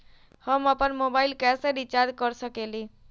हम अपन मोबाइल कैसे रिचार्ज कर सकेली?